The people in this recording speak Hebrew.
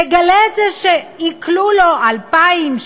מגלה שעיקלו לו 2,000,